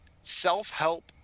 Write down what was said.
self-help